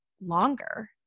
longer